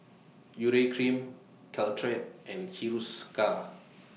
Urea Cream Caltrate and Hiruscar